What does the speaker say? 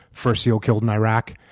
first seal killed in iraq,